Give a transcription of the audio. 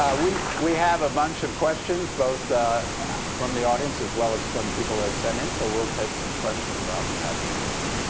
we we have a bunch of questions both from the audience as well as some people that sent in. so we'll take some questions i'll be happy to answer.